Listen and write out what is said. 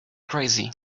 crazy